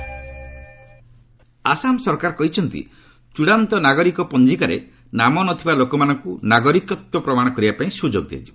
Assam NRC Assam ସରକାର କହିଛନ୍ତି ଚୂଡ଼ାନ୍ତ ନାଗରୀକ ପଞ୍ଜିକାରେ ନାମନଥିବା ଲୋକମାନଙ୍କୁ ନାଗରିକତ୍ୱ ପ୍ରମାଣ କରିବା ପାଇଁ ସୁଯୋଗ ଦିଆଯିବ